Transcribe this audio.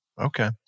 okay